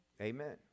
Amen